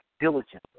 diligently